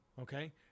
Okay